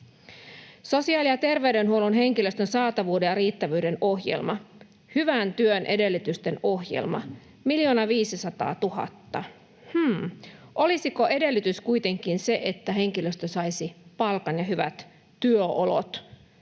Sosiaali- ja terveydenhuollon henkilöstön saatavuuden ja riittävyyden ohjelma, hyvän työn edellytysten ohjelma, 1,5 miljoonaa. Hmm, olisiko edellytys kuitenkin se, että henkilöstö saisi palkan ja hyvät työolot